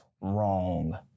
wrong